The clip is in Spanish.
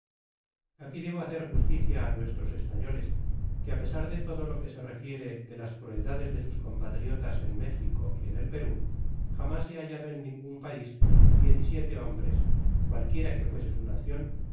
aqui debo hacer justicia á nuestros españoles que á pesar de todo lo que se refiere de las crueldades de sus compatriotas en mejico y en el perú jamás he hallado en ningun pais diez y siete lombres cualquiera que fuese su nacion